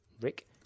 Rick